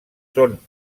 són